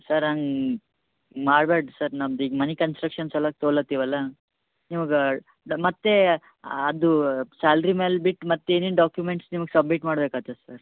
sir ಹಂಗ ಮಾಡಬೇಡ್ರಿ sir ನಮ್ದು ಈಗ ಮನೆ ಕಂಸ್ಟ್ರಕ್ಷನ್ ಅಲ ತೋಲತೀವಲ್ಲ ನಿಮ್ಗೆ ಮತ್ತು ಅದು ಸ್ಯಾಲ್ರಿ ಮೇಲೆ ಬಿಟ್ಟು ಮತ್ತು ಏನೇನು ಡಾಕ್ಯೂಮೆಂಟ್ಸ್ ನಿಮಗ್ ಸಬ್ಮಿಟ್ ಮಾಡ್ಬೇಕಾಗ್ತದ ಸರ್